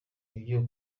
ibyo